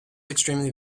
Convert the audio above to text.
extremely